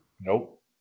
Nope